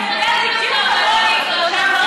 אתה יודע בדיוק כמוני שהדברים